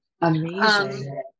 Amazing